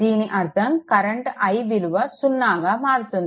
దీని అర్ధం current i విలువ 0గా మారుతుంది